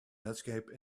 landscape